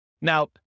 Now